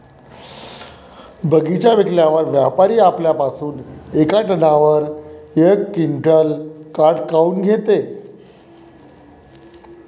बगीचा विकल्यावर व्यापारी आपल्या पासुन येका टनावर यक क्विंटल काट काऊन घेते?